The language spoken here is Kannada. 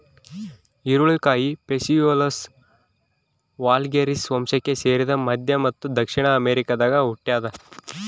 ಹುರುಳಿಕಾಯಿ ಫೇಸಿಯೊಲಸ್ ವಲ್ಗ್ಯಾರಿಸ್ ವಂಶಕ್ಕೆ ಸೇರಿದ ಮಧ್ಯ ಮತ್ತು ದಕ್ಷಿಣ ಅಮೆರಿಕಾದಾಗ ಹುಟ್ಯಾದ